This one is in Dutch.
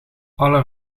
alle